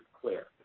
clear